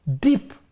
deep